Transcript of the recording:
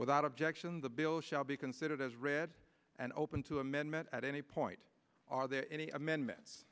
without objection the bill shall be considered as read and open to amendment at any point are there any amendments